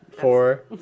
Four